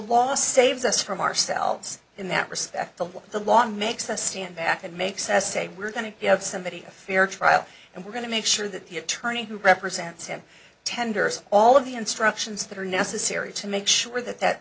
law saves us from ourselves in that respect the law the law makes us stand back and make says say we're going to give somebody a fair trial and we're going to make sure that the attorney who represents him tenders all of the instructions that are necessary to make sure that that